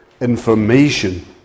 information